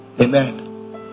Amen